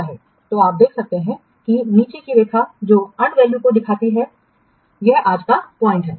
तो आप देख सकते हैं कि नीचे की रेखा जो अर्नड वैल्यू और को दिखाती है यह आज का पॉइंट है